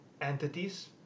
entities